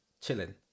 chilling